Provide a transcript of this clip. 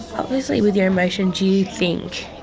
obviously with your emotions you you think,